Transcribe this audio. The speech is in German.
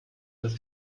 dass